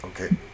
okay